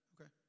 okay